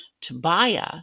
Tobiah